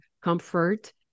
comfort